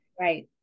right